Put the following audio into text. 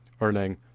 earning